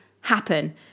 happen